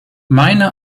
meine